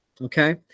Okay